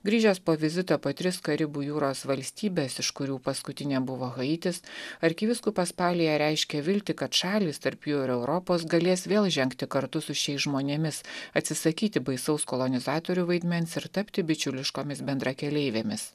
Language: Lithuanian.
grįžęs po vizito po tris karibų jūros valstybes iš kurių paskutinė buvo haitis arkivyskupas palija reiškė viltį kad šalys tarp jų ir europos galės vėl žengti kartu su šiais žmonėmis atsisakyti baisaus kolonizatorių vaidmens ir tapti bičiuliškomis bendrakeleivėmis